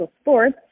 Sports